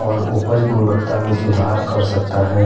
और उपज गुणवत्ता में सुधार कर सकता है